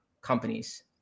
companies